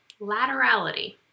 laterality